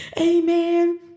Amen